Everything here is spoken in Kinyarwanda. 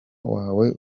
wawe